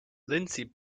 lindsey